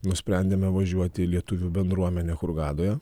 nusprendėme važiuoti į lietuvių bendruomenę hurgadoje